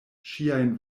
ŝiajn